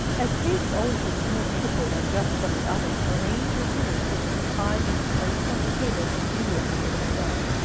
as paste always looks more beautiful when just from the oven, arrange your dinner so that the pie may be placed on the table immediately it is done.